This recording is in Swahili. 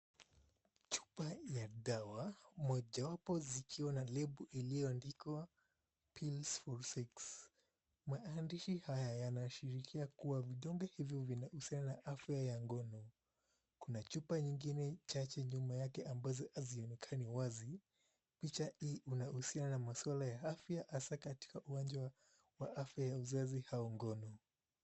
Chupa ya dawa mojawapo zikiwa na lebo iliyoandikwa Pills Of Sex. Maandishi haya yanaashiria kua vidonge hivyo vinahusiana na afya ya ngono. Kuna chupa nyingine chache nyuma yake ambazo hazionekani wazi. Picha hii inahusiana na maswala ya afya haswa katika uwanja wa afya ya uzazi au ngono.